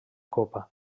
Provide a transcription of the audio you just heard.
copa